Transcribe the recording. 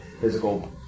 physical